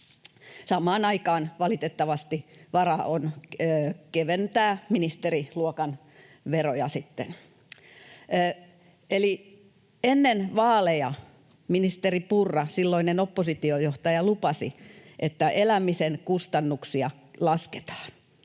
Samaan aikaan valitettavasti varaa on sitten keventää ministeriluokan veroja. Ennen vaaleja ministeri Purra, silloinen oppositiojohtaja, lupasi, että elämisen kustannuksia lasketaan.